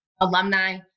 alumni